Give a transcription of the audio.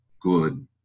good